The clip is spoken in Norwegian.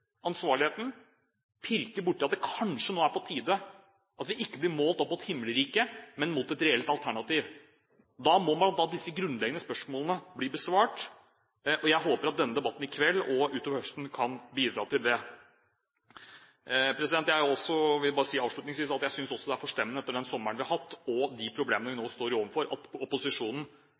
ansvarligheten, pirker borti at det kanskje er på tide at vi ikke blir målt opp mot himmelriket, men mot et reelt alternativ. Da må bl.a. disse grunnleggende spørsmålene bli besvart. Jeg håper at denne debatten i kveld og utover høsten kan bidra til det. Jeg vil bare avslutningsvis si at jeg synes det er forstemmende, etter den sommeren vi har hatt og de problemene vi står overfor, at opposisjonen